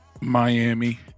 Miami